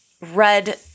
red